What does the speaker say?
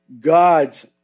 God's